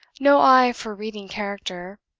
no eye for reading character,